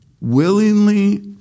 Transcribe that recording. willingly